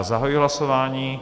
Já zahajuji hlasování.